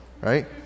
right